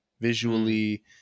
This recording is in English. visually